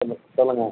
சொல்லுங்கள்